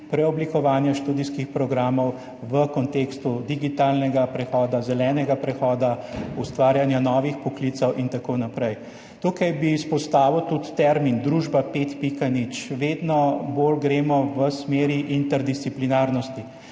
preoblikovanja študijskih programov v kontekstu digitalnega prehoda, zelenega prehoda, ustvarjanja novih poklicev in tako naprej. Tukaj bi izpostavil tudi termin Družba 5.0. Vedno bolj gremo v smer interdisciplinarnosti.